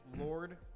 Lord